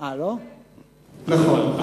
נכון.